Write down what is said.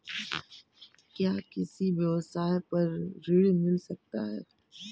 क्या किसी व्यवसाय पर ऋण मिल सकता है?